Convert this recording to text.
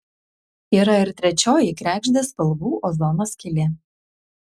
yra ir trečioji kregždės spalvų ozono skylė